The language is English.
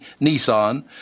Nissan